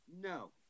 no